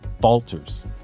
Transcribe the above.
falters